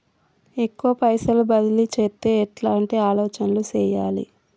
ఎక్కువ పైసలు బదిలీ చేత్తే ఎట్లాంటి ఆలోచన సేయాలి?